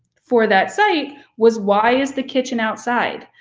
for that site was why is the kitchen outside?